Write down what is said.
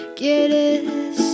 quieres